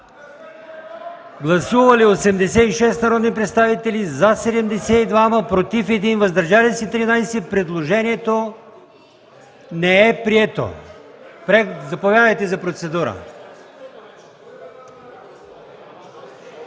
Гласували 86 народни представители: за 72, против 1, въздържали се 13. Предложението не е прието. Заповядайте за процедура.